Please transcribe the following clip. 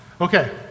Okay